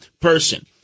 person